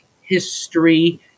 history